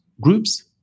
groups